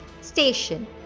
Station